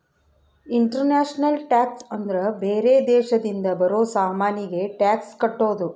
international tax ಅಂದ್ರ ಬೇರೆ ದೇಶದಿಂದ ಬರೋ ಸಾಮಾನಿಗೆ ಟ್ಯಾಕ್ಸ್ ಕಟ್ಟೋದು